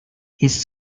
his